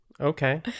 Okay